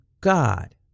God